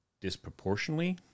disproportionately